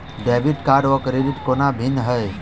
Debit card आ credit कोना भिन्न है?